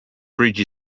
bridge